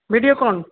Videocon